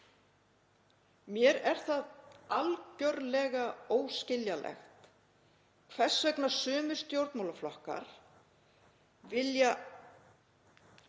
Mér er það algerlega óskiljanlegt hvers vegna sömu stjórnmálaflokkar vilja rétta